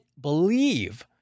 believe